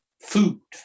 food